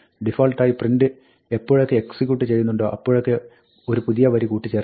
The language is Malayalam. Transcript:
ഡിഫാൾട്ടായി പ്രിന്റ് എപ്പോഴൊക്കെ എക്സിക്യൂട്ട് ചെയ്യുന്നുണ്ടോ അപ്പോഴൊക്കെ ഒരു പുതിയ വരി കൂട്ടിച്ചേർക്കുന്നു